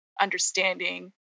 understanding